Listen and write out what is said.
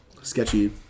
sketchy